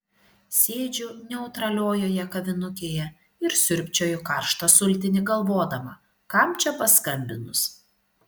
sėdžiu neutraliojoje kavinukėje ir siurbčioju karštą sultinį galvodama kam čia paskambinus